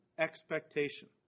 expectation